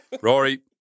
Rory